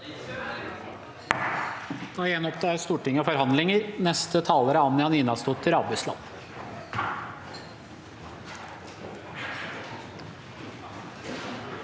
Da gjenopptar Stortinget sine forhandlinger. Neste taler er Anja Ninasdotter Abusland.